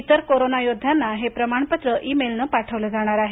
इतर कोरोना योद्ध्यांना हे प्रमाणपत्र ई मेलनं पाठवलं जाणार आहे